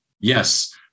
Yes